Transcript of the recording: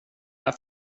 här